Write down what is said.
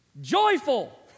joyful